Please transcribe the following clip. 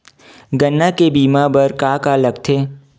गन्ना के बीमा बर का का लगथे?